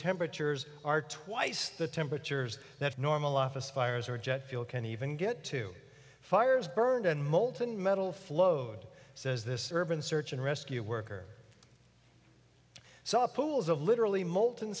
temperatures are twice the temperatures that normal office fires or jet fuel can even get to fires burned and molten metal flowed says this urban search and rescue worker saw pools of literally molten